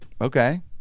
Okay